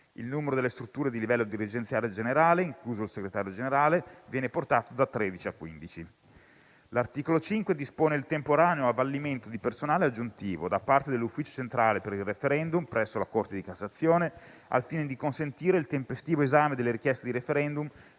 il numero delle strutture di livello dirigenziale generale, incluso il segretario generale, viene portato da 13 a 15. L'articolo 5 dispone il temporaneo avvalimento di personale aggiuntivo da parte dell'Ufficio centrale per il *referendum* presso la Corte di cassazione, al fine di consentire il tempestivo esame delle richieste di *referendum*